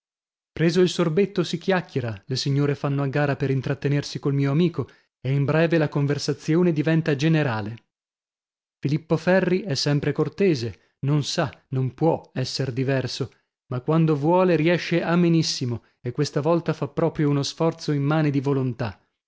preso il sorbetto si chiacchiera le signore vanno a gara per intrattenersi col mio amico e in breve la conversazione diventa generale filippo ferri è sempre cortese non sa non può esser diverso ma quando vuole riesce amenissimo e questa volta fa proprio uno sforzo immane di volontà